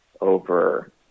over